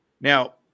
Now